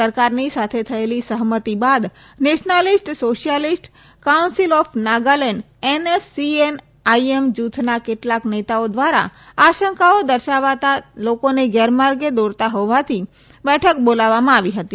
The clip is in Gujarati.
સરકારની સાથે થયેલી સહમતી બાદ nationalist socialist council of Nagaland NSCN IM જુથના કેટલાક નેતાઓ ધ્વારા આશંકાઓ દર્શાવતા લોકોને ગેરમાર્ગે દોરતા હોવાથી બેઠક બોલાવવામાં આવી હતી